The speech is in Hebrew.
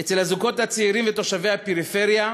אצל הזוגות הצעירים ותושבי הפריפריה.